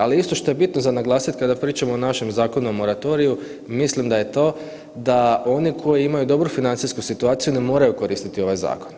Ali isto što je bitno za naglasit kada pričamo o našem zakonu o moratoriju mislim da je to da oni koji imaju dobru financijsku situaciju ne moraju koristiti ovaj zakon.